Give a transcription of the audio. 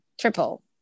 triple